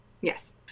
yes